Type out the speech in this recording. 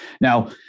Now